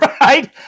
right